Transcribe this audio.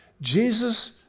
Jesus